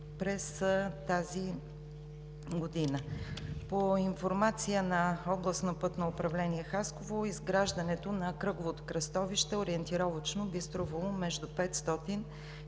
през тази година. По информация на Областно пътно управление – Хасково, изграждането на кръговото кръстовище ориентировъчно би струвало между 500 – 600